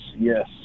yes